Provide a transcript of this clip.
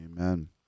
Amen